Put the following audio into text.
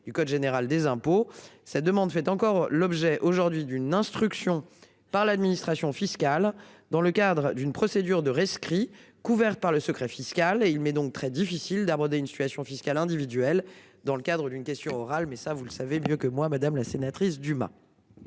du code général des impôts ça demande fait encore l'objet aujourd'hui d'une instruction par l'administration fiscale dans le cadre d'une procédure de rescrit couverts par le secret fiscal et il m'est donc très difficile d'aborder une situation fiscale individuelle dans le cadre d'une question orale mais ça vous le savez mieux que moi, madame la sénatrice Dumas.